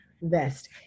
vest